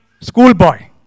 schoolboy